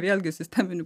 vėlgi sisteminių